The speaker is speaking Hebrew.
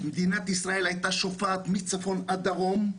מדינת ישראל הייתה שופעת מצפון עד דרום,